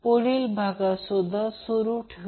5 watt असेल